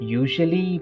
usually